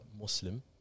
Muslim